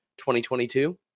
2022